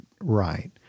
right